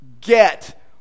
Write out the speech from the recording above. get